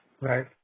right